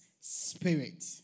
spirit